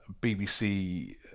BBC